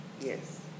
Yes